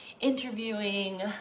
interviewing